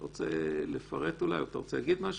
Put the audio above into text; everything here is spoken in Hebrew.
אתה רוצה לפרט אולי, או שאתה רוצה להגיד משהו?